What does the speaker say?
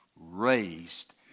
raised